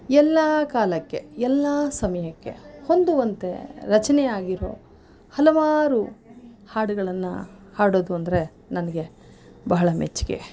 ಎಲ್ಲ ಕಾಲಕ್ಕೆ ಎಲ್ಲ ಸಮಯಕ್ಕೆ ಹೊಂದುವಂತೆ ರಚನೆಯಾಗಿರೋ ಹಲವಾರು ಹಾಡುಗಳನ್ನು ಹಾಡೋದು ಅಂದರೆ ನನಗೆ ಬಹಳ ಮೆಚ್ಚಿಗೆ